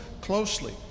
closely